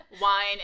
wine